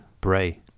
Bray